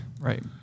Right